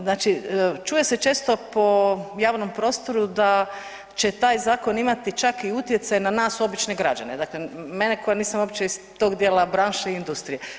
Znači čuje se često po javnom prostoru da će taj zakon imati čak i utjecaj na nas obične građane, dakle mene koja nisam uopće iz tog dijela branše i industrije.